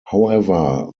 however